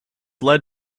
led